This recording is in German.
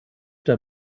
der